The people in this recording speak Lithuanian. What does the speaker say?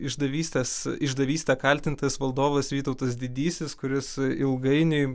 išdavystės išdavystę kaltintas valdovas vytautas didysis kuris ilgainiui